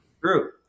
true